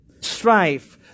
strife